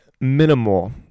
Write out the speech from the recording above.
minimal